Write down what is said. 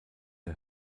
der